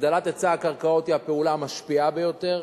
הגדלת היצע הקרקעות היא הפעולה המשפיעה ביותר,